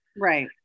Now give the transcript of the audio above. right